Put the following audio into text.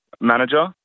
Manager